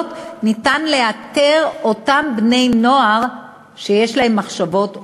השאלות לאתר את אלה שיש להם מחשבות אובדניות.